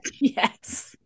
yes